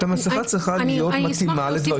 המסכה צריכה להיות מתאימה לדברים אחרים.